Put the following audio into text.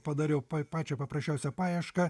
padariau pa pačią paprasčiausią paiešką